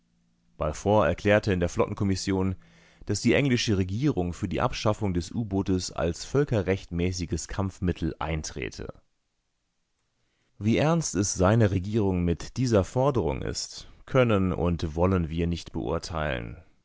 erklärte in der flottenkommission daß die englische regierung für die abschaffung des u-bootes als völkerrechtmäßiges kampfmittel eintrete wie ernst es seiner regierung mit dieser forderung ist können und wollen wir nicht beurteilen